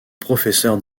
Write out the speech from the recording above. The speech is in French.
professeur